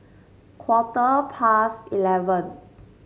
quarter past eleven